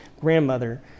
grandmother